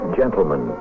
gentlemen